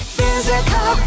physical